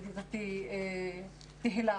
ידידתי תהלה,